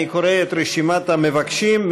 אני קורא את רשימת המבקשים,